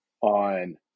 on